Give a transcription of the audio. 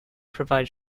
provide